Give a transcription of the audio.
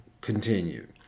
continued